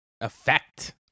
effect